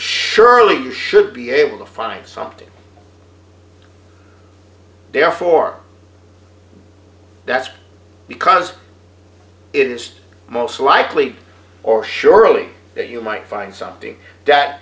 surely you should be able to find something they're for that's because it is most likely or surely you might find something that